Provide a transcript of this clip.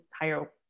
higher